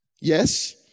Yes